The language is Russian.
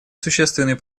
существенный